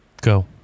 Go